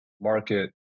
market